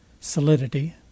solidity